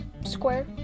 Square